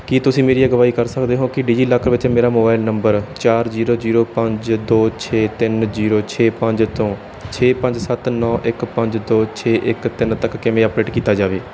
ਕੀ ਤੁਸੀਂ ਮੇਰੀ ਅਗਵਾਈ ਕਰ ਸਕਦੇ ਹੋ ਕਿ ਡਿਜੀਲਾਕਰ ਵਿੱਚ ਮੇਰਾ ਮੋਬਾਈਲ ਨੰਬਰ ਚਾਰ ਜੀਰੋ ਜੀਰੋ ਪੰਜ ਦੋ ਛੇ ਤਿੰਨ ਜੀਰੋ ਛੇ ਪੰਜ ਤੋਂ ਛੇ ਪੰਜ ਸੱਤ ਨੌਂ ਇੱਕ ਪੰਜ ਦੋ ਛੇ ਇੱਕ ਤਿੰਨ ਤੱਕ ਕਿਵੇਂ ਅੱਪਡੇਟ ਕੀਤਾ ਜਾਵੇ